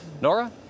Nora